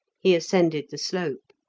he ascended the slope.